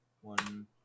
One